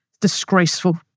disgraceful